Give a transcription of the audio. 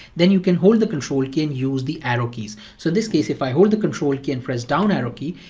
then you can hold the control key and use the arrow keys. so in this case, if i hold the control key and press down arrow key,